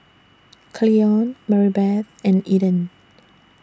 Cleon Maribeth and Eden